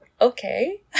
okay